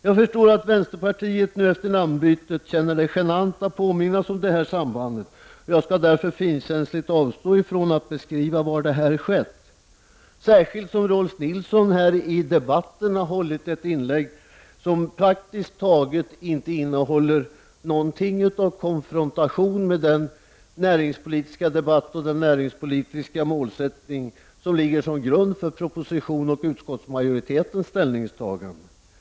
Jag förstår att vänsterpartiet nu efter namnbytet tycker att det är genant att påminnas om detta samband, och jag skall därför finkänsligt avstå från att beskriva hur detta har skett, särskilt som Rolf L Nilson i debatten har hållit ett inlägg som praktiskt taget inte innehåller något av konfrontation med den näringspolitiska debatt och den näringspolitiska målsättning som ligger som grund för propositionen och för utskottsmajoritetens ställningstagande.